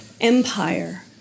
empire